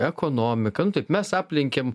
ekonomiką nu taip mes aplenkėm